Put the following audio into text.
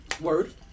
Word